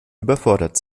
überfordert